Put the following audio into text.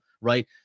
right